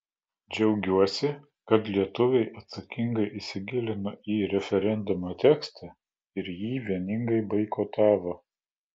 džiaugiuosi kad lietuviai atsakingai įsigilino į referendumo tekstą ir jį vieningai boikotavo